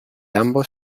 ambos